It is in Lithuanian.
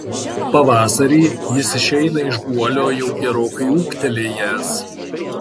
pavasarį jis išeina iš guolio jau gerokai ūgtelėjęs